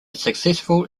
successful